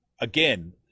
again